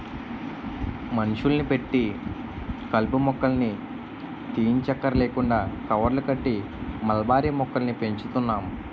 మనుషుల్ని పెట్టి కలుపు మొక్కల్ని తీయంచక్కర్లేకుండా కవర్లు కట్టి మల్బరీ మొక్కల్ని పెంచుతున్నాం